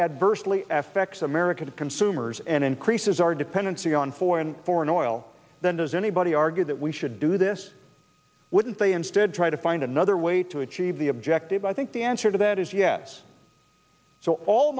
adversely affects american consumers and increases our dependency on foreign foreign oil then does anybody argue that we should do this wouldn't they instead try to find another way to achieve the objective i think the answer to that is yes so all